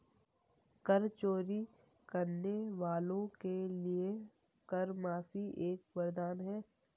कर चोरी करने वालों के लिए कर माफी एक वरदान है